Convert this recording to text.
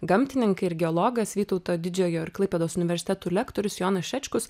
gamtininkai ir geologas vytauto didžiojo ir klaipėdos universitetų lektorius jonas šečkus